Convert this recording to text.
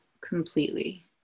completely